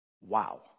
Wow